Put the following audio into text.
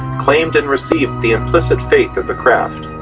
claimed and received the implicit faith of the craft.